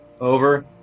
over